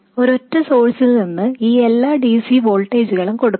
ഒരൊറ്റ സോഴ്സിൽ നിന്ന് ഈ എല്ലാ dc വോൾട്ടേജുകളും കൊടുക്കണം